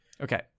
Okay